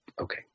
Okay